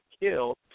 killed